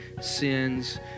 sins